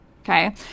okay